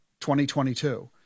2022